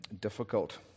difficult